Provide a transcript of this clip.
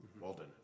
Walden